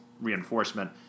reinforcement